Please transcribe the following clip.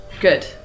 Good